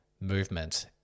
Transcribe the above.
movement